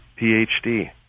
PhD